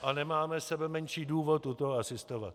A nemáme sebemenší důvod u toho asistovat.